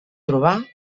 trobar